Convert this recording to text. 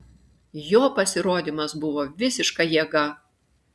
jo pasirodymas buvo visiška jėga